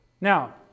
Now